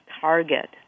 target